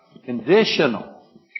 Conditional